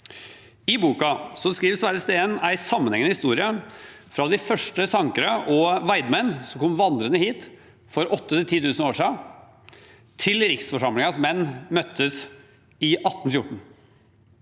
I boken skriver Sverre Steen en sammenhengende historie fra de første sankere og veidemenn som kom vandrende hit for 8 000– 10 000 år siden, til riksforsamlingens menn møttes i 1814.